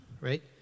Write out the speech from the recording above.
right